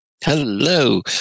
Hello